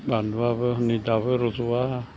बानलुआबो हनै दाबो रज'आ